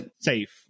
safe